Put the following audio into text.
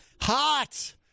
hot